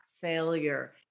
failure